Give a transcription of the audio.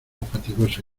fatigosa